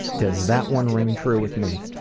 does that one ring true with me.